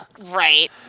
Right